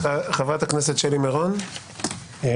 חבר הכנסת אפרת רייטן, די,